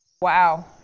Wow